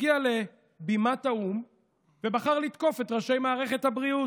הגיע לבימת האו"ם ובחר לתקוף את ראשי מערכת הבריאות.